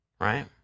Right